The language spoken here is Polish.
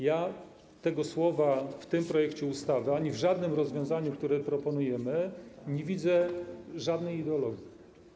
Ja w tym projekcie ustawy ani w żadnym rozwiązaniu, które proponujemy, nie widzę żadnej ideologii.